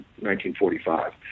1945